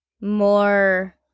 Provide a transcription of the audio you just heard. more